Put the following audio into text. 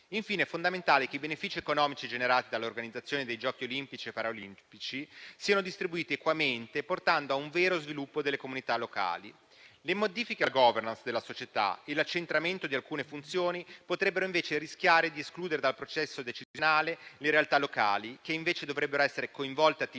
Infine, è fondamentale che i benefici economici generati dall'organizzazione dei Giochi olimpici e paralimpici siano distribuiti equamente, portando a un vero sviluppo delle comunità locali. Le modifiche alla *governance* della società e l'accentramento di alcune funzioni potrebbero invece rischiare di escludere dal processo decisionale le realtà locali che dovrebbero essere coinvolte attivamente per